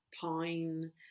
pine